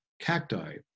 cacti